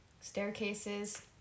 staircases